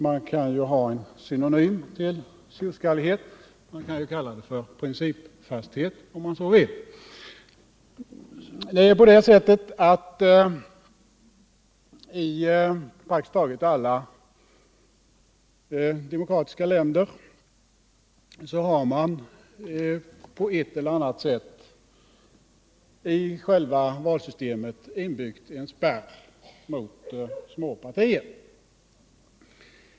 Man skulle kunna använda en synonym till ordet tjurskallighet och kalla det för principfasthet, om man så vill. I praktiskt taget alla demokratiska länder har man i själva valsystemet på ett eller annat sätt byggt in en spärr mot små partier.